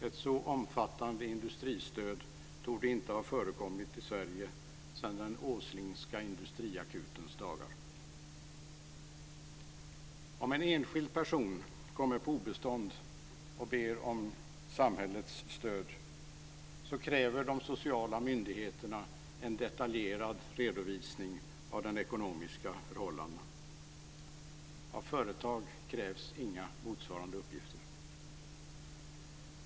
Ett så omfattande industristöd torde inte ha förekommit i Sverige sedan den Om en enskild person kommer på obestånd och ber om samhällets stöd kräver de sociala myndigheterna en detaljerad redovisning av de ekonomiska förhållandena. Av företag krävs inga motsvarande uppgifter.